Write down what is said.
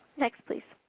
next please.